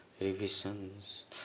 revisions